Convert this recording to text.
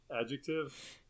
Adjective